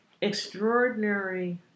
Extraordinary